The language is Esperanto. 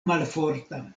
malforta